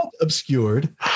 obscured